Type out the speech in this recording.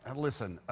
and listen,